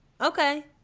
Okay